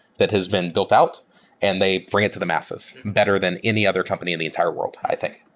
that has been built out and they bring it to the masses better than any other company in the entire world, i think,